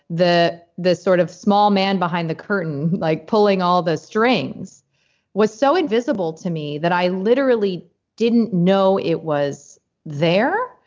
the the sort of small man behind the curtain, like pulling all the strings was so invisible to me that i literally didn't know it was there,